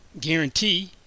guarantee